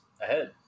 ahead